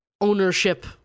ownership